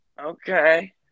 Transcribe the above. okay